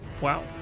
Wow